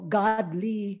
godly